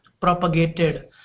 propagated